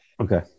Okay